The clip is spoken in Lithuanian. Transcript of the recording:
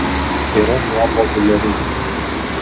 yra nuobodulio rizika